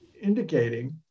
indicating